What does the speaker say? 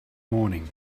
morning